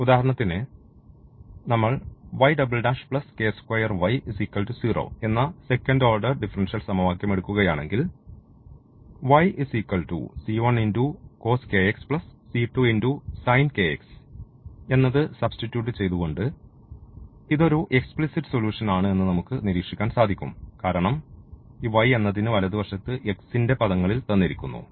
ഉദാഹരണത്തിന് നമ്മൾ ഈ എന്ന സെക്കൻഡ് ഓർഡർ ഡിഫറൻഷ്യൽ സമവാക്യം എടുക്കുകയാണെങ്കിൽ എന്നത് സബ്സ്റ്റിട്യൂട്ചെയ്തു കൊണ്ട് ഇതൊരു എക്സ്പ്ലീസിറ്റ് സൊലൂഷൻ ആണ് എന്ന് നമുക്ക് നിരീക്ഷിക്കാൻ സാധിക്കും കാരണം ഈ y എന്നതിന് വലതുവശത്ത് X ന്റെ പദങ്ങളിൽതന്നിരിക്കുന്നു